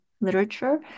literature